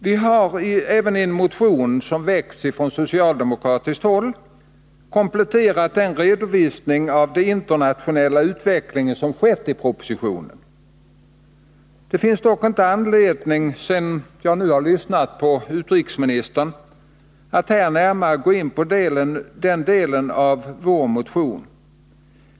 Vi har även i en motion som väckts från socialdemokratiskt håll kompletterat den redovisning av den internationella utvecklingen som getts i propositionen. Det finns dock ingen anledning, sedan man lyssnat på utrikesministern, att här närmare gå in på den delen av vår motion.